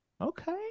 Okay